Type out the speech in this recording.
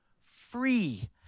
free